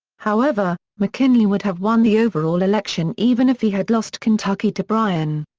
however, mckinley would have won the overall election even if he had lost kentucky to bryan.